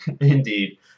Indeed